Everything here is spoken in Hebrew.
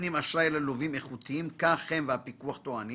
נותנים אשראי ללווים איכותיים כך הם והפיקוח טוענים